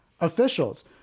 officials